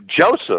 Joseph